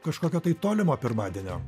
kažkokio tai tolimo pirmadienio